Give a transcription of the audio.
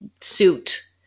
suit